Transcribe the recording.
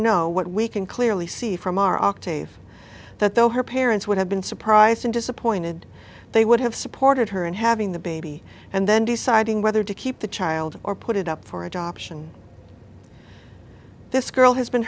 know what we can clearly see from our octave that though her parents would have been surprised and disappointed they would have supported her and having the baby and then deciding whether to keep the child or put it up for adoption this girl has been